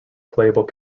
playable